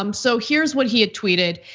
um so here's what he had tweeted,